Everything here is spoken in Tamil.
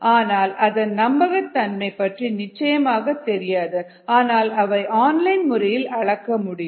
ஆனால் அதன் நம்பகத்தன்மை பற்றி நிச்சயமாகத் தெரியாது ஆனால் அவை ஆன்லைன் முறையில் அளக்க முடியும்